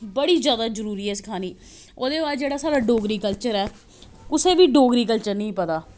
बड़ी जादा जरूरी ऐ सखानी ओह्दे बाद जेह्ड़ा साढ़ा डोगरी कल्चर ऐ कुसै बी डोगरी कल्चर निं पता